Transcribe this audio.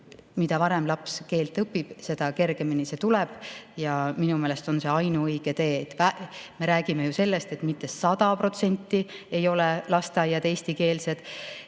mida varem laps keelt õpib, seda kergemini see tuleb, ja minu meelest on see ainuõige tee. Me ei räägi ju sellest, et 100% on [kõik] lasteaiad eestikeelsed,